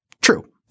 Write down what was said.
True